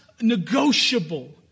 negotiable